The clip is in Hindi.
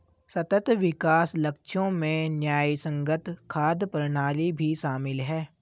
सतत विकास लक्ष्यों में न्यायसंगत खाद्य प्रणाली भी शामिल है